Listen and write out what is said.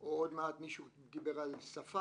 או עוד מעט מישהו דיבר על שפם,